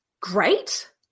great